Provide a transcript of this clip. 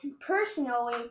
personally